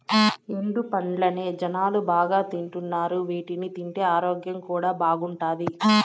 ఎండు పండ్లనే జనాలు బాగా తింటున్నారు వీటిని తింటే ఆరోగ్యం కూడా బాగుంటాది